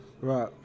Right